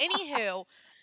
anywho